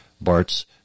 Bart's